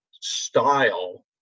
style